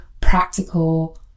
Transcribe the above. practical